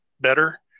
better